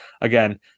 again